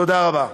תודה רבה.